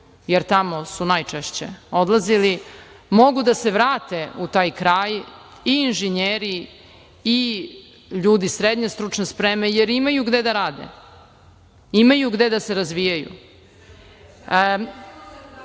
jer tamo su najčešće odlazili, mogu da se vrate u taj kraj i inženjeri i ljudi srednje stručne spreme, jer imaju gde da rade, imaju gde da se razvijaju. Što